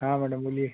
हाँ मैडम बोलिए